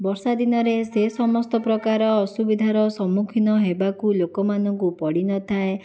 ବର୍ଷା ଦିନରେ ସେ ସମସ୍ତ ପ୍ରକାର ଅସୁବିଧାର ସମ୍ମୁଖୀନ ହେବାକୁ ଲୋକମାନଙ୍କୁ ପଡ଼ିନଥାଏ